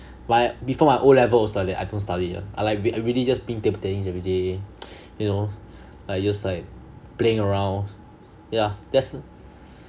like before my O levels also like that I don't study lah I like I really just playing table tennis every day you know like just like playing around yeah that's